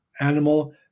animal